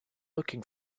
looking